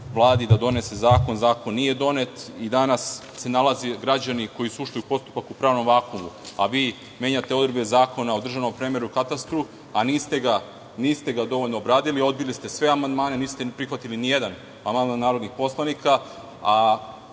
vladi da donese zakon. Zakon nije donet i danas se nalaze građani koji su ušli u postupak u pravnom vakuumu, a vi menjate odredbe Zakona o državnom premeru i katastru, a niste ga dovoljno obradili, odbili ste sve amandmane, niste prihvatili ni jedan amandman narodnih poslanika. Ovaj